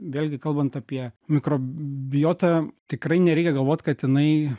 vėlgi kalbant apie mikrobiotą tikrai nereikia galvot kad jinai